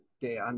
de